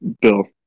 bill